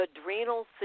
adrenal